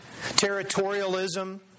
territorialism